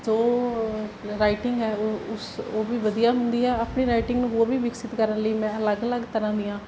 ਸੋ writing ਹੈ ਉਹ ਉਸ ਉਹ ਵੀ ਵਧੀਆ ਹੁੰਦੀ ਹੈ ਆਪਣੀ ਰਾਈਟਿੰਗ ਨੂੰ ਹੋਰ ਵੀ ਵਿਕਸਿਤ ਕਰਨ ਲਈ ਮੈਂ ਅਲੱਗ ਅਲੱਗ ਤਰ੍ਹਾਂ ਦੀਆਂ